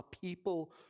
people